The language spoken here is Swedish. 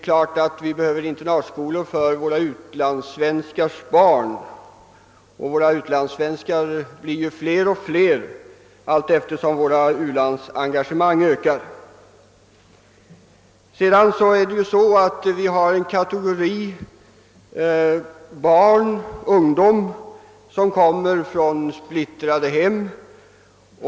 Givetvis behövs internatskolor för våra utlandssvenskars barn, och utlandssvenskarna blir ju fler och fler allteftersom våra u-landsengagemang ökar. Dessutom har vi en kategori ungdom som kommer från splittrade hem.